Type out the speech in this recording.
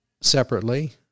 separately